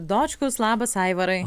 dočkus labas aivarai